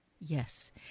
Yes